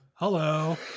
Hello